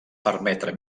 permetre